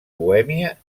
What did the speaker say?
bohèmia